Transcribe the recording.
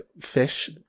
fish